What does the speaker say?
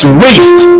waste